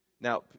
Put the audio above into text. Now